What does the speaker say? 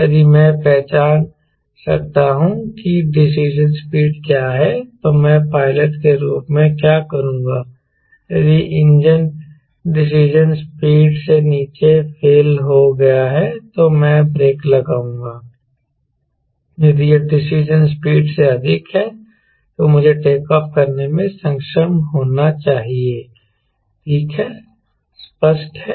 यदि मैं पहचान सकता हूं कि डिसीजन स्पीड क्या है तो मैं पायलट के रूप में क्या करूंगा यदि इंजन डिसीजन स्पीड से नीचे फेल हो गया है तो मैं ब्रेक लगाऊंगा यदि यह डिसीजन स्पीड से अधिक है तो मुझे टेकऑफ़ करने में सक्षम होना चाहिए ठीक है स्पष्ट है